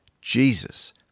Jesus